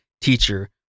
teacher